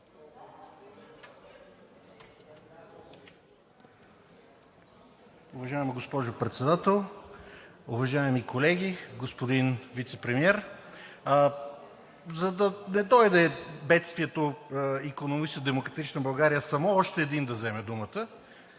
Уважаема госпожо Председател, уважаеми колеги! Господин Вицепремиер, за да не дойде бедствието „Демократична България“, само още един да вземе думата.